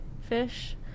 fish